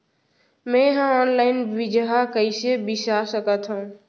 मे हा अनलाइन बीजहा कईसे बीसा सकत हाव